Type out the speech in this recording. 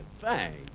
Thanks